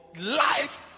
life